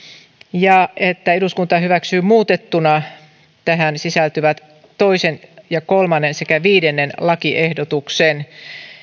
ja että eduskunta hyväksyy muutettuna tähän sisältyvät toinen ja kolmas sekä viidennen lakiehdotuksen